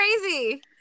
crazy